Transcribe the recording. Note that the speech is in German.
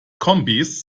kombis